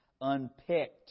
unpicked